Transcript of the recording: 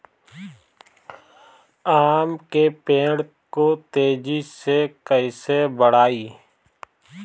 आम के पेड़ को तेजी से कईसे बढ़ाई?